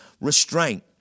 restraint